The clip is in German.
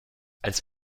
als